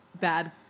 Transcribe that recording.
bad